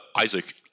Isaac